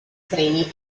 treni